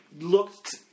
looked